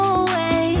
away